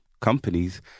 companies